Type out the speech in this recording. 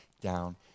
down